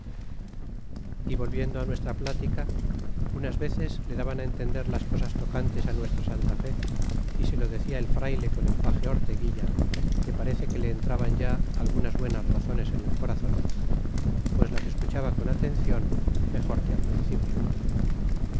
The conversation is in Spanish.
y volviendo nuestra plática unas veces le daban entender las cosas tocantes á nuestra santa fe y se lo decia el frayle con el page orteguilla que parece que le entraban ya algunas buenas razones en el corazon pues las escuchaba con atencion mejor que al principio